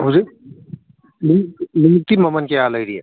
ꯍꯧꯖꯤꯛ ꯂꯣꯡꯎꯞꯀꯤ ꯃꯃꯜ ꯀꯌꯥ ꯂꯩꯔꯤ